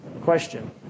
Question